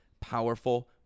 powerful